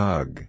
Hug